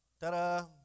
Ta-da